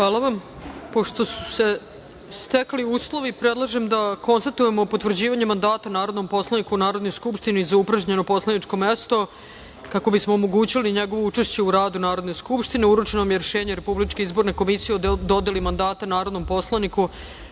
Hvala vam. Pošto su stekli uslovi, predlažem da konstatujemo potvrđivanje mandata narodnom poslaniku u Narodnoj skupštini za upražnjeno poslaničko mesto, kako bismo omogućili njegovo učešće u radu Narodne skupštine. Uručeno vam je Rešenje RIK o dodeli mandata narodnom poslaniku